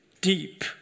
deep